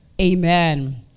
Amen